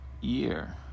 year